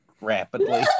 rapidly